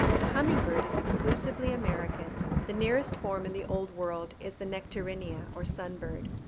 the humming-bird is exclusively american the nearest form in the old world is the nectarinia, or sunbird.